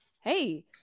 Hey